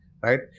right